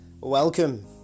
Welcome